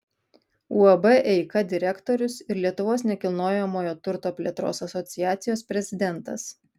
uab eika direktorius ir lietuvos nekilnojamojo turto plėtros asociacijos prezidentas